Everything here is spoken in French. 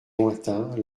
lointains